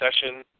session